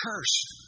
curse